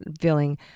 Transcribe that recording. feeling